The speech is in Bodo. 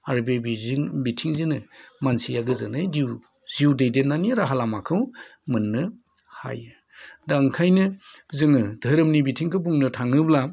आरो बे बिथिंजोंनो मानसिया जिउ दैदेननायनि राहा लामाखौ मोननो हायो दा ओंखायनो जोङो धोरोमनि बिथिंखौ बुंनो थाङोब्ला